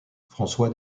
françois